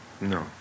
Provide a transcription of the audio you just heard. No